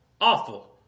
awful